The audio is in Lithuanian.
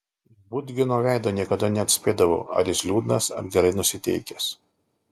iš budgino veido niekada neatspėdavau ar jis liūdnas ar gerai nusiteikęs